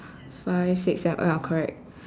five six seven ya correct